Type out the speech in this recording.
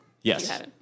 Yes